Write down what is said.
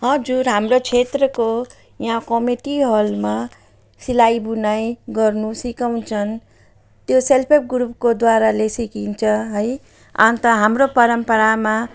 हजुर हाम्रो क्षेत्रको यहाँ कमिटी हलमा सिलाई बुनाई गर्नु सिकाउँछन् त्यो सेल्फ हेल्प ग्रुपको द्वाराले सिकिन्छ है अन्त हाम्रो परम्परामा